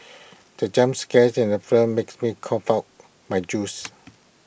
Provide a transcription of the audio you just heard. the jump scare in the film makes me cough out my juice